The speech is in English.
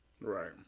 right